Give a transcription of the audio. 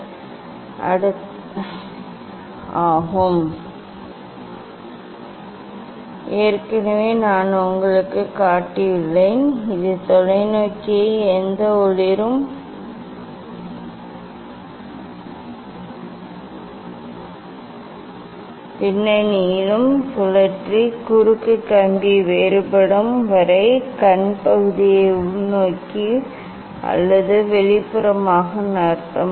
நீங்கள் அடுத்த கட்டத்திற்கு செல்வீர்கள் அடுத்த கட்டம் குறுக்கு கம்பியை சரிசெய்து படத்தை மையமாகக் கொண்டது ஏற்கனவே நான் உங்களுக்குக் காட்டியுள்ளேன் இது தொலைநோக்கியை எந்த ஒளிரும் பின்னணியிலும் சுழற்றி குறுக்கு கம்பி வேறுபடும் வரை கண் பகுதியை உள்நோக்கி அல்லது வெளிப்புறமாக நகர்த்தும்